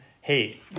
Hey